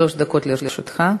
שלוש דקות לרשותך.